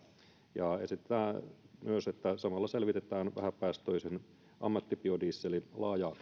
ja esitetään myös että samalla selvitetään vähäpäästöisen ammattibiodieselin laajaa